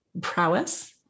prowess